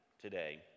today